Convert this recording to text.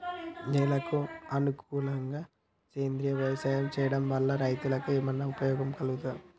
నేలకు అనుకూలంగా సేంద్రీయ వ్యవసాయం చేయడం వల్ల రైతులకు ఏమన్నా ఉపయోగం కలుగుతదా?